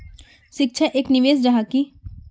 शिक्षा एक निवेश जाहा की?